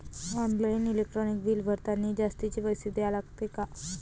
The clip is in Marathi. ऑनलाईन इलेक्ट्रिक बिल भरतानी जास्तचे पैसे द्या लागते का?